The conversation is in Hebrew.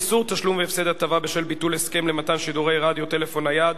איסור תשלום והפסד הטבה בשל ביטול הסכם למתן שירותי רדיו טלפון נייד),